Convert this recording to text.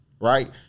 right